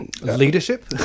leadership